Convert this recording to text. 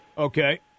Okay